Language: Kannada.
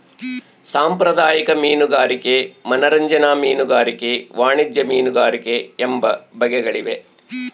ಸಾಂಪ್ರದಾಯಿಕ ಮೀನುಗಾರಿಕೆ ಮನರಂಜನಾ ಮೀನುಗಾರಿಕೆ ವಾಣಿಜ್ಯ ಮೀನುಗಾರಿಕೆ ಎಂಬ ಬಗೆಗಳಿವೆ